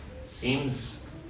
Seems